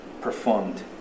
performed